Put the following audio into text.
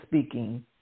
speaking